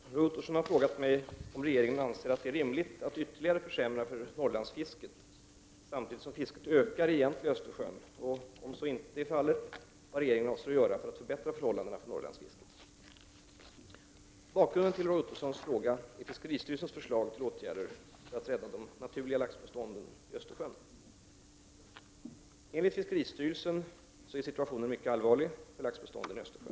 Fru talman! Roy Ottosson har frågat mig om regeringen anser att det är rimligt att ytterligare försämra för Norrlandsfisket samtidigt som fisket ökar i egentliga Östersjön och, om så inte är fallet, vad regeringen avser att göra för att förbättra förhållandena för Norrlandsfisket. Bakgrunden till Roy Ottossons fråga är fiskeristyrelsens förslag till åtgärder för att rädda de naturliga laxbestånden i Östersjön. Enligt fiskeristyrelsen är situationen mycket allvarlig för laxbestånden i Östersjön.